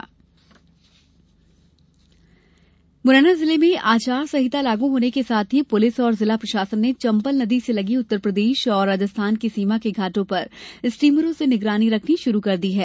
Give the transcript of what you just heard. steamer निगरानी मुरैना जिले में आचार सहिंता लागू होने के साथ ही पुलिस और जिला प्रशासन ने चंबल नदी से लगी उत्तरप्रदेश और राजस्थान की सीमा के घाटों पर स्टीमरों से निगरानी शुरू कर दी है